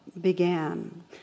began